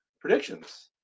predictions